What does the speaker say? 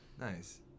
Nice